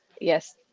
Yes